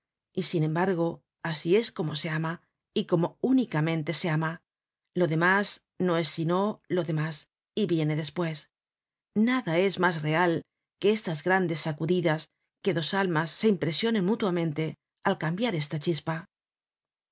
y sin embargo asi es como se ama y como únicamente se ama lo demás no es sino lo demás y viene despues nada es mas real que estas grandes sacudidas que dos almas se impresionen mutuamente al cambiar esta chispa